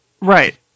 Right